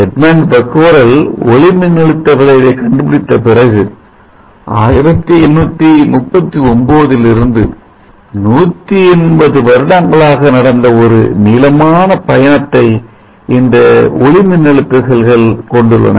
Edmund Becquerel ஒளி மின்னழுத்த விளைவை கண்டுபிடித்த பிறகு 1839 இல் இருந்து 180 வருடங்களாக நடந்த ஒரு நீளமான பயணத்தை இந்த ஒளிமின்னழுத்த செல்கள் கொண்டுள்ளன